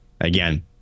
again